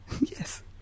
Yes